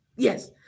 Yes